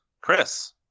Chris